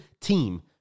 team